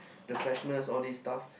the freshness all these stuff